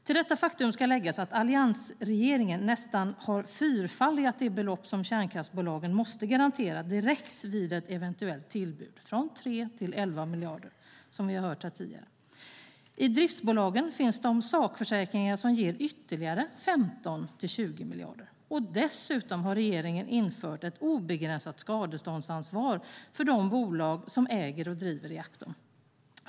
Till detta faktum ska läggas att alliansregeringen nästan har fyrfaldigat det belopp som kärnkraftsbolagen måste garantera direkt vid ett eventuellt tillbud från 3 till 11 miljarder, som vi har hört här tidigare. I driftsbolagen finns de sakförsäkringar som ger ytterligare 15-20 miljarder. Dessutom har regeringen infört ett obegränsat skadeståndsansvar för de bolag som äger och driver reaktorn.